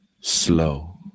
slow